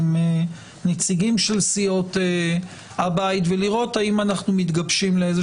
עם נציגים של סיעות הבית ולראות האם אנחנו מתגבשים לאיזה